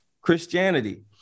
Christianity